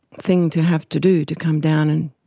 thing to have to do, to come down and